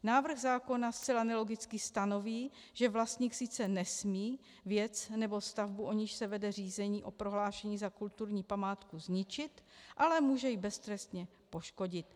Návrh zákona zcela nelogicky stanoví, že vlastník sice nesmí věc nebo stavbu, o níž se vede řízení o prohlášení za kulturní památku, zničit, ale může ji beztrestně poškodit.